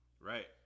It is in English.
Right